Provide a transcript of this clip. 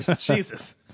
jesus